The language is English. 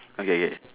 okay K